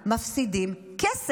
מפסידים כסף?